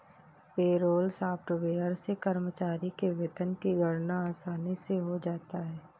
payroll software से कर्मचारी के वेतन की गणना आसानी से हो जाता है